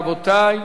רבותי,